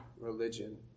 religion